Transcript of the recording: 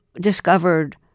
discovered